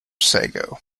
sago